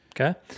Okay